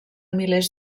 milers